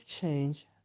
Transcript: change